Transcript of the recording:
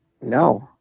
No